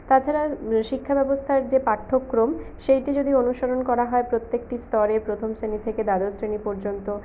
তাছাড়া শিক্ষাব্যবস্থার যে পাঠ্যক্রম সেইটি যদি অনুসরণ করা হয় প্রত্যেকটি স্তরে প্রথম শ্রেণি থেকে দ্বাদশ শ্রেণি পর্যন্ত